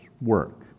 work